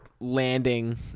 Landing